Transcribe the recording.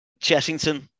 Chessington